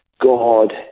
God